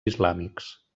islàmics